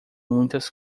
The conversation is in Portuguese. muitas